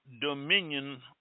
dominion